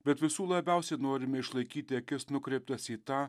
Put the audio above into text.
bet visų labiausiai norime išlaikyti akis nukreiptas į tą